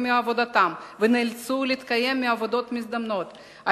מעבודתם ונאלצו להתקיים מעבודות מזדמנות.